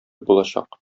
булачак